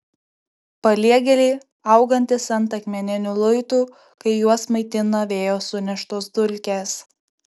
paliegėliai augantys ant akmeninių luitų kai juos maitina vėjo suneštos dulkės